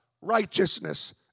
righteousness